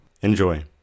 Enjoy